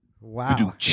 Wow